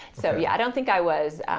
so yeah, i don't think i was.